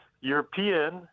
European